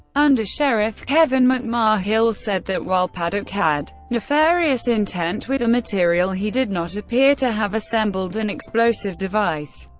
undersheriff kevin mcmahill said that while paddock had nefarious intent with the material, he did not appear to have assembled an explosive device.